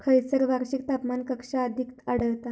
खैयसर वार्षिक तापमान कक्षा अधिक आढळता?